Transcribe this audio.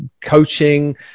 coaching